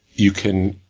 you can